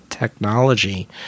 technology